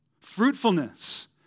Fruitfulness